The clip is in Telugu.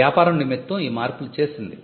వ్యాపారం నిమిత్తం ఈ మార్పులు చేసింది